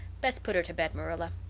best put her to bed, marilla.